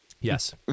Yes